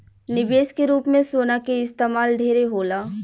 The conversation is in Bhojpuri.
निवेश के रूप में सोना के इस्तमाल ढेरे होला